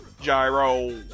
Gyro